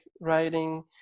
writing